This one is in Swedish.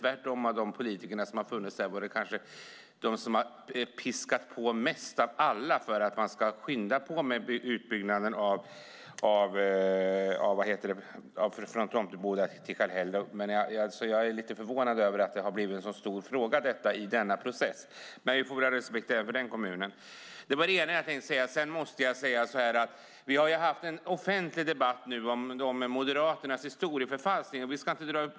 Tvärtom har politikerna där piskat på mest av alla för att skynda på med utbyggnaden av sträckan Tomteboda-Kallhäll. Jag är förvånad över att detta har blivit en så stor fråga i denna process. Men vi får väl ha respekt för den kommunen. Det har varit en offentlig debatt om Moderaternas historieförfalskning.